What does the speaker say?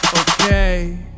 okay